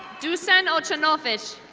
duson ochanovez.